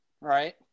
right